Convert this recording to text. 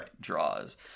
draws